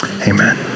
Amen